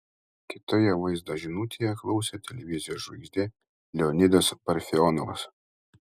kitoje vaizdo žinutėje klausė televizijos žvaigždė leonidas parfionovas